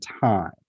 time